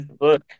Look